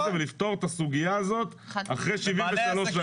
הזה ולפתור את הסוגיה הזאת אחרי 73 שנה.